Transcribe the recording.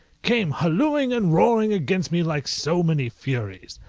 came hallooing and roaring against me like so many furies.